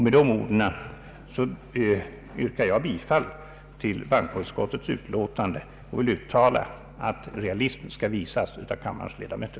Med de orden yrkar jag bifall till bankoutskottets hemställan och vill uttala förhoppningen att realism skall visas av kammarens ledamöter.